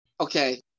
okay